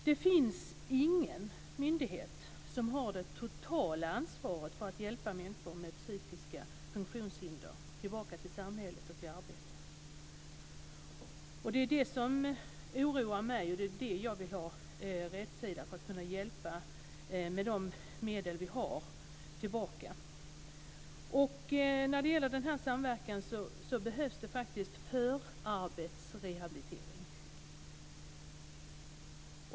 Det finns ingen myndighet som har det totala ansvaret för att hjälpa människor med psykiska funktionshinder tillbaka till samhället och till arbete. Det är det som oroar mig, och det är det som jag vill ha rätsida på för att man ska kunna hjälpa människor tillbaka till samhället och till arbete med de medel som vi har. Beträffande denna samverkan behövs det faktiskt förarbetsrehabilitering.